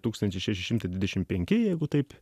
tūkstantis šeši šimtai dvidešim penki jeigu taip